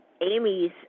Amy's